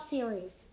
Series